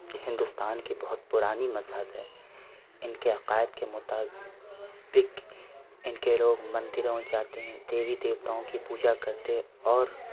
ہندوستان کی بہت پرانی مذہب ہے ان کے عقائد کے مطابق ان کے لوگ مندروں میں جاتے ہیں دیوی دیوتاؤں کی پوجا کرتے اور